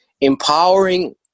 empowering